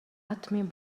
атомын